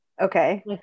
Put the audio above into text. okay